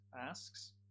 asks